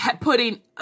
putting